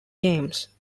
games